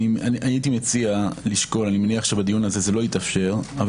הייתי מציע לשקול אני מניח שבדיון הזה זה לא יתאפשר אבל